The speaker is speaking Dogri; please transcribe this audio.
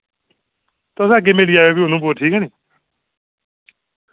तुस अग्गे मिली जायो फ्ही उधमपुर ठीक ऐ नी